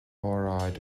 óráid